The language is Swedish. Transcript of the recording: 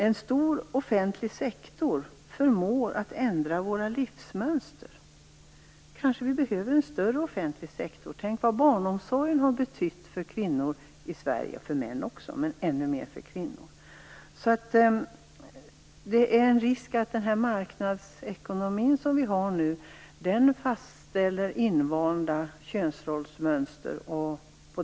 En stor offentlig sektor förmår att ändra våra livsmönster. Kanske behöver vi en större offentlig sektor. Tänk på vad barnomsorgen har betytt för kvinnor i Sverige - även för män men ännu mer för kvinnor. Det finns en risk för att vår marknadsekonomi gör att vi fastnar i invanda könsrollsmönster.